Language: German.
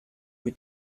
mit